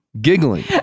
Giggling